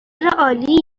عالی